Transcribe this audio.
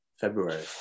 February